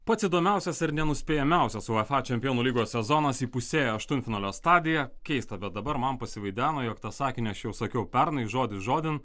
pats įdomiausias ir nenuspėjamosias uefa čempionų lygos sezonas įpusėjo aštuntfinalio stadiją keista bet dabar man pasivaideno jog tą sakinį aš jau sakiau pernai žodis žodin